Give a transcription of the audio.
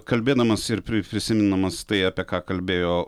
kalbėdamas ir pri prisimindamas tai apie ką kalbėjo